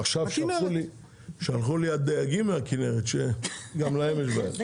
עכשיו הדייגים מהכנרת שלחו לי שגם להם יש בעיה (צוחק).